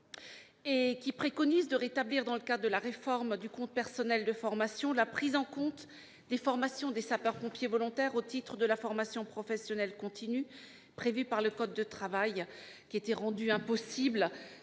Celle-ci préconise de rétablir, dans le cadre de la réforme du compte personnel de formation, la prise en compte des formations des sapeurs-pompiers volontaires au titre de la formation professionnelle continue prévue par le code du travail. Une telle prise